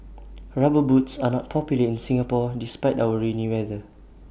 rubber boots are not popular in Singapore despite our rainy weather